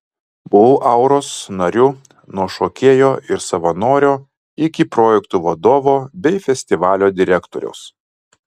buvau auros nariu nuo šokėjo ir savanorio iki projektų vadovo bei festivalio direktoriaus